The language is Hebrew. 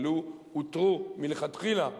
שלוּ אותרו מלכתחילה,